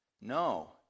No